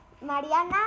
Mariana